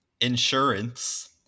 insurance